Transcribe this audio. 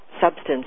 substance